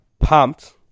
pumped